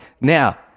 Now